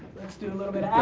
let's do a little bit